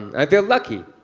i feel lucky.